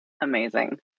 Amazing